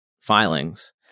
filings